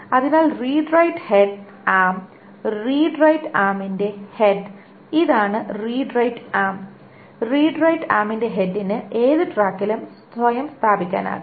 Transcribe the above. അതിനാൽ read write head arm read write ആർമിന്റെ head ഇതാണ് read write arm read write ആമിന്റെ ഹെഡിന് ഏത് ട്രാക്കിലും സ്വയം സ്ഥാപിക്കാനാകും